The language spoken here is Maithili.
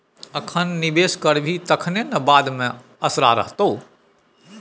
अखन निवेश करभी तखने न बाद मे असरा रहतौ